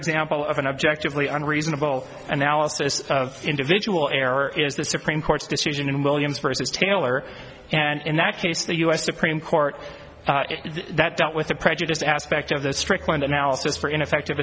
example of an objectively and reasonable analysis of individual error is the supreme court's decision in williams vs taylor and in that case the us supreme court that dealt with the prejudiced aspect of the strickland analysis for ineffective